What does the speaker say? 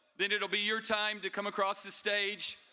then it will be your time to come across the stage.